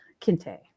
Kinte